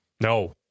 No